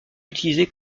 utilisée